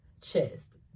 chest